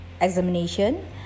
examination